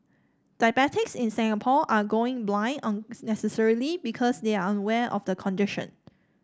diabetics in Singapore are going blind unnecessarily because they are unaware of the condition